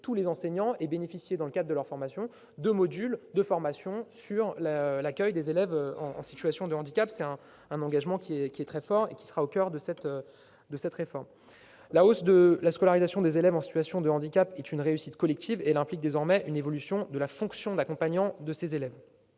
tous les enseignants bénéficient dans le cadre de leur formation de modules sur l'accueil des élèves en situation de handicap. Cet engagement, qui est très fort, sera au coeur de la réforme. La hausse de la scolarisation des élèves en situation de handicap est une réussite collective. Elle implique désormais une évolution de la fonction d'accompagnant de ces élèves.